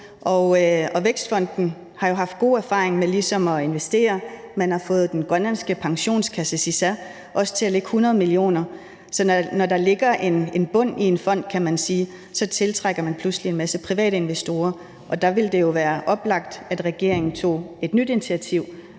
Vækstfonden har jo haft gode erfaringer med ligesom at investere. Man har fået den grønlandske pensionskasse SISA til også at lægge 100 mio. kr. Så når der ligger en bund i en fond, kan man sige, så tiltrækker man pludselig en masse private investorer, og der ville det jo være oplagt, at regeringen tog et nyt initiativ